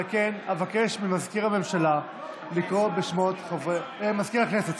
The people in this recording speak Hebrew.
על כן אבקש ממזכיר הכנסת לקרוא בשמות חברי הכנסת.